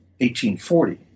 1840